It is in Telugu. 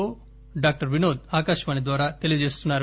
ఓ డాక్టర్ వినోద్ ఆకాశవాణి ద్వారా తెలియజేస్తున్నారు